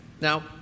Now